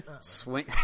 swing